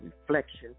reflection